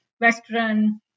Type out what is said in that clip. Western